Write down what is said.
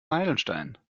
meilenstein